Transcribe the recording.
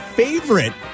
favorite